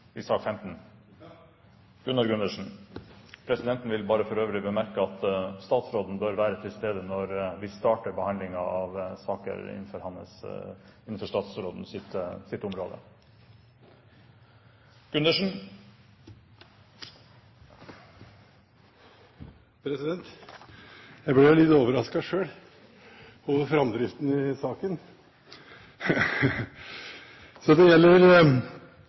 Presidenten vil bemerke at statsråden bør være til stede når vi starter behandlingen av saker innenfor statsrådens område. Jeg ble litt overrasket selv over framdriften i sakene! Så: Det gjelder